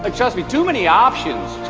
like trust me too many options.